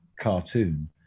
cartoon